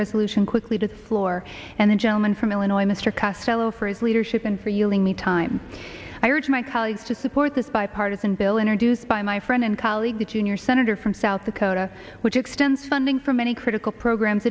resolution quickly to the floor and the gentleman from illinois mr castillo for his leadership and for yelling the time i urge my colleagues to support this bipartisan bill introduced by my friend and colleague the junior senator from south dakota which extends funding for many critical programs